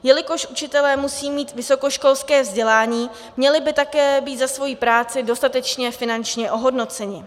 Jelikož učitelé musí mít vysokoškolské vzdělání, měli by také být za svoji práci dostatečně finančně ohodnoceni.